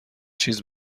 چیزی